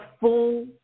full